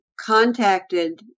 contacted